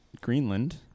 Greenland